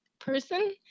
person